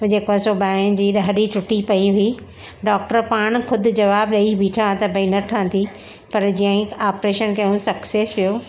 मुंहिंजे परसो ॿाह जी हॾी टुटी पयी हुयी डॉक्टर पाण ख़ुदि जवाबु ॾेई बीठा त भई न ठहंदी पर जीअं ई ऑपरेशन कयूं सक्सेस वियो